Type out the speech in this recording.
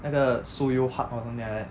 那个 seo yong hak or something like that